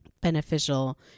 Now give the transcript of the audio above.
beneficial